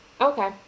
Okay